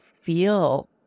feel